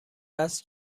است